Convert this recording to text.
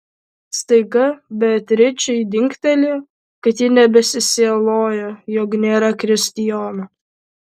staiga beatričei dingtelėjo kad ji nebesisieloja jog nėra kristijono